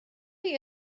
chi